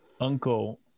uncle